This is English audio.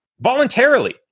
Voluntarily